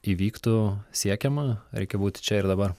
įvyktų siekiama reikia būti čia ir dabar